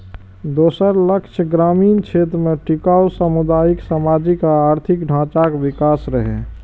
दोसर लक्ष्य ग्रामीण क्षेत्र मे टिकाउ सामुदायिक, सामाजिक आ आर्थिक ढांचाक विकास रहै